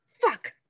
fuck